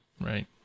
right